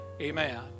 Amen